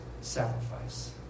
sacrifice